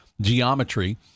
geometry